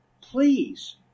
Please